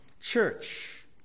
Church